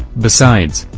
besides,